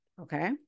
Okay